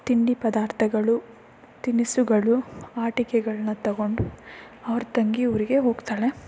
ತಿಂಡಿ ಪದಾರ್ಥಗಳು ತಿನಿಸುಗಳು ಆಟಿಕೆಗಳನ್ನ ತಗೊಂಡು ಅವರ ತಂಗಿಯ ಊರಿಗೆ ಹೋಗ್ತಾಳೆ